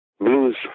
blues